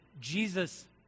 Jesus